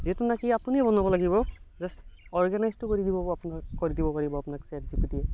যিটো নেকি আপুনি বনাব লাগিব জাষ্ট অৰ্গেনাইজটো কৰি দিব আপোনাক ছেট জি পি টিয়ে